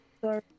Sorry